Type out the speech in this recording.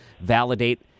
validate